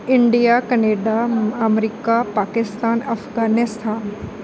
India Canada America Pakistan Afghanistan